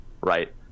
right